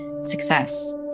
success